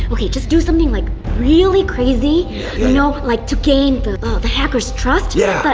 okay, just do something like really crazy you know but like to gain the the hackers trust. yeah.